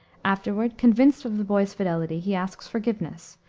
afterward, convinced of the boy's fidelity, he asks forgiveness,